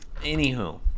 Anywho